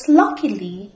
luckily